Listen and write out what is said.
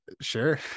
Sure